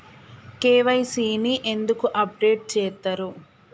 KYC ని ఎందుకు update చేత్తరు?